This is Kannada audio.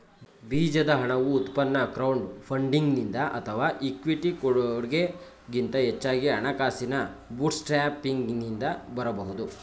ಬೀಜದ ಹಣವು ಉತ್ಪನ್ನ ಕ್ರೌಡ್ ಫಂಡಿಂಗ್ನಿಂದ ಅಥವಾ ಇಕ್ವಿಟಿ ಕೊಡಗೆ ಗಿಂತ ಹೆಚ್ಚಾಗಿ ಹಣಕಾಸಿನ ಬೂಟ್ಸ್ಟ್ರ್ಯಾಪಿಂಗ್ನಿಂದ ಬರಬಹುದು